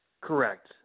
Correct